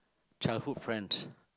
childhood friends